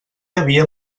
havia